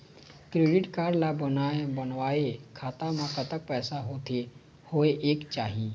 Credit card ला बनवाए खाता मा कतक पैसा होथे होएक चाही?